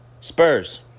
Spurs